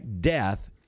death